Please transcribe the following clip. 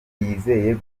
yizeye